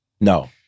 No